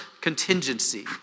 contingency